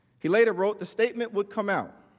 he later wrote, the statement would come out.